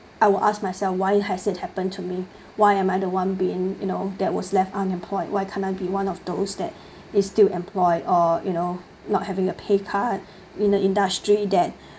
I will ask myself why has it happened to me why am I the one been you know that was left unemployed why can't I be one of those that is still employed or you know not having a pay cut in the industry that